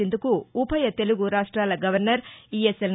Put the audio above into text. సింధుకు ఉభయ తెలుగు రాష్ట్రాల గవర్నర్ ఇఎస్ఎల్